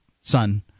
son